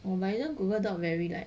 我没那么 Google 到 very like